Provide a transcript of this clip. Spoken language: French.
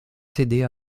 cédée